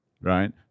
right